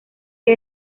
que